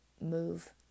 Move